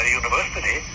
university